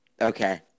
Okay